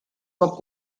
poc